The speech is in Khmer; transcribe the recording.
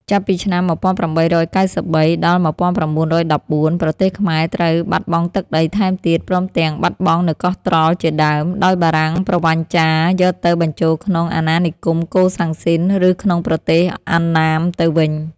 ចាប់ពីឆ្នាំ១៨៩៣ ដល់១៩១៤ ប្រទេសខ្មែរត្រូវបាត់បង់ទឹកដីថែមទៀត ព្រមទាំងបាត់បង់នៅកោះត្រល់ជាដើម ដោយបារាំងប្រវ័ញ្ចាយកទៅបញ្ចូលក្នុង អាណានិគមកូសាំងស៊ីន ឬក្នុងប្រទេសអណ្ណាមទៅវិញ។